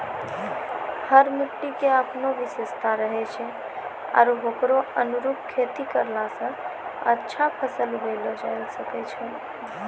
हर मिट्टी के आपनो विशेषता रहै छै आरो होकरो अनुरूप खेती करला स अच्छा फसल उगैलो जायलॅ सकै छो